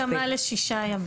יש הסכמה לשישה ימים.